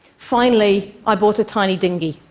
finally, i bought a tiny dinghy.